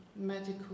medical